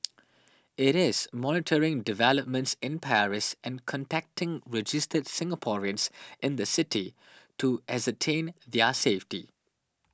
it is monitoring developments in Paris and contacting registered Singaporeans in the city to ascertain their safety